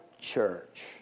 church